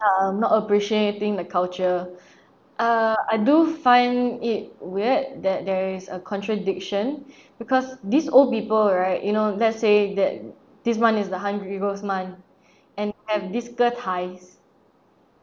um not appreciating the culture uh I do find it weird that there is a contradiction because these old people right you know let's say that this month is the hungry ghost month and and have this getai